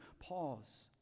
pause